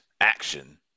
action